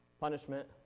punishment